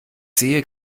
sehe